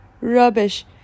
rubbish